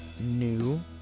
new